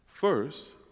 First